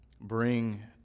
bring